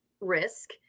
risk